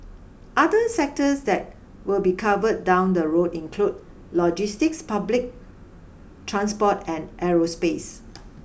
other sectors that will be covered down the road include logistics public transport and aerospace